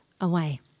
away